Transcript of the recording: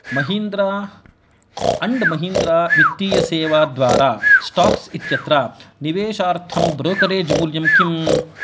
Mahindra and Mahindra वित्तीय सेवा द्वारा स्टाक्स् इत्यत्र निवेशार्थं ब्रोकेरेज् मूल्यं किम्